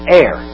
air